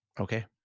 okay